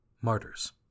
Martyrs